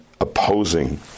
opposing